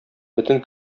бөтен